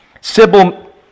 Sybil